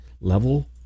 level